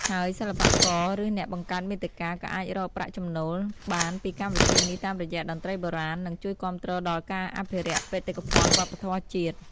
ហើយសិល្បករឬអ្នកបង្កើតមាតិកាក៏អាចរកប្រភពចំណូលបានពីកម្មវិធីនេះតាមរយៈតន្ត្រីបុរាណនិង ជួយគាំទ្រដល់ការអភិរក្សបេតិកភណ្ឌវប្បធម៌ជាតិ។